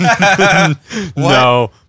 No